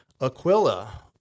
Aquila